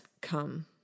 come